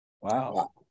Wow